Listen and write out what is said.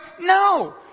No